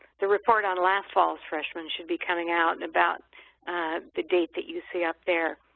the report on last fall's freshman should be coming out and about the date that you see up there